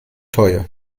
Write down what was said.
teuer